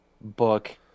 book